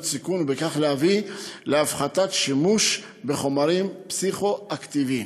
סיכון ובכך להביא להפחתת שימוש בחומרים פסיכו-אקטיביים.